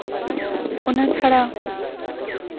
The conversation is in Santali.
ᱚᱱᱟ ᱪᱷᱟᱲᱟ